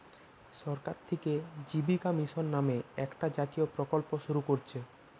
সরকার থিকে জীবিকা মিশন নামে একটা জাতীয় প্রকল্প শুরু কোরছে